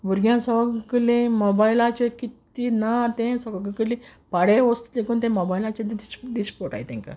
भुरग्यां सोगलें मॉबायलाचें कितें ना तें सोगलें पाडे वोस्त लेकून तें मॉबायलाचे तें दिश दिश्ट पोडटाय तेंकां